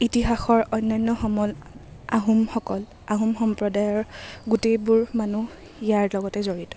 ইতিহাসৰ অন্যান্য সমল আহোমসকল আহোম সম্প্ৰদায়ৰ গোটেইবোৰ মানুহ ইয়াৰ লগতে জড়িত